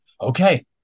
okay